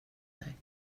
dig